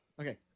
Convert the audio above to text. okay